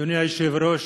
אדוני היושב-ראש,